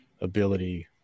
ability